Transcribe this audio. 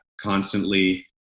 constantly